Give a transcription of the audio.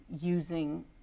using